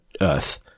earth